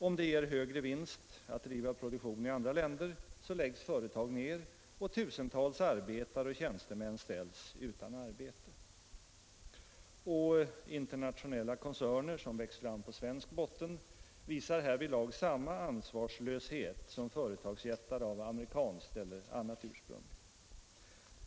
Om det ger högre vinst att driva produktion i andra länder läggs företag ner och tusentals arbetare och tjänstemän ställs utan arbete. Och internationella koncerner som växt fram på svensk botten visar härvidlag samma ansvarslöshet som företagsjättar av amerikanskt eller annat ursprung.